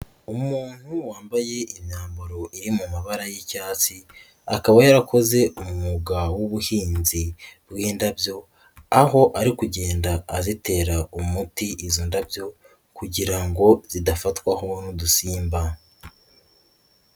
Umuntu wambaye imyambaro iri mu mabara y'icyatsi akaba yarakoze umwuga w'ubuhinzi bw'indabyo aho ari kugenda azitera umuti izo ndabyo kugira ngo zidafatwaho n'udusimba.